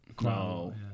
No